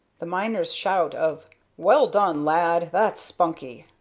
the miner's shout of well done, lad! that's spunky,